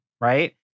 Right